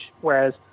Whereas